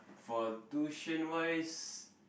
for tuition wise